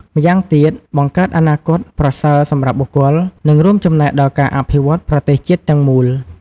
ម្យ៉ាងទៀត បង្កើតអនាគតប្រសើរសម្រាប់បុគ្គល និងរួមចំណែកដល់ការអភិវឌ្ឍន៍ប្រទេសជាតិទាំងមូល។